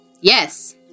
Yes